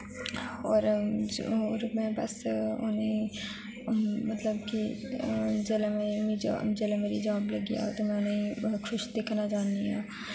और और में बस उनेंई मतलब कि मैं जेल्लै में जेल्लै मेरी जाब लग्गी जाग ते में उनेंई खुश दिक्खना चाह्नी आं